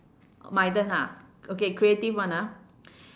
my turn ah okay creative one ah